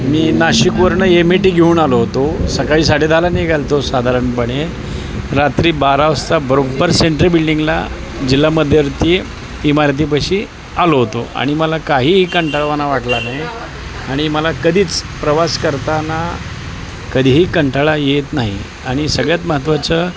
मी नाशिकवरून M eighty घेऊन आलो होतो सकाळी साडेदहाला निघालो होतो साधारणपणे रात्री बारा वाजता बरोबर सेंट्रल बिल्डिंगला जिल्हा मध्यवर्ती इमारतीपाशी आलो होतो आणि मला काहीही कंटाळवाणा वाटला नाही आणि मला कधीच प्रवास करताना कधीही कंटाळा येत नाही आणि सगळ्यात महत्त्वाचं